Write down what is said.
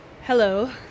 Hello